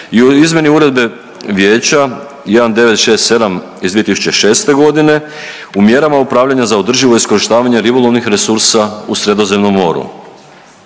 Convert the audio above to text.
i o izmjeni Uredbe Vijeća 1967/2006 godine o mjerama upravljanja za održivo iskorištavanje ribolovnih resursa u Sredozemnom moru.